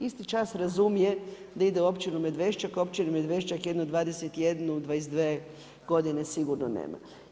Isti čas razumije da ide u općinu Medvešćak, općina Medvešćak jedno 21, 22 godine sigurno nema.